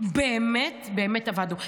באמת באמת אבדנו.